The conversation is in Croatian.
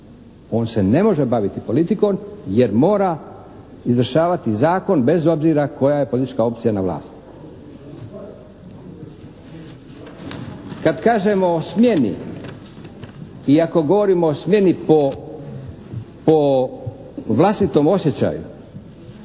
On se ne može baviti politikom jer mora izvršavati zakon bez obzira koja je politička opcija na vlasti. Kad kažemo o smjeni i ako govorimo o smjeni po vlastitom osjećaju,